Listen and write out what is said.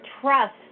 trust